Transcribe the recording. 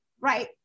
right